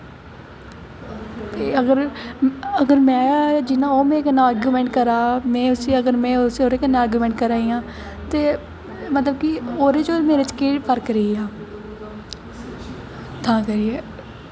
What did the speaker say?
अगर जि'यां ओह् मेरे कन्नै आर्गुमैंट करा दा में उसी अगर में आर्गुमैंट करा दी आं ते मतलब कि ओह्दे च ते मेरे च केह् फर्क रेही गेआ तां करियै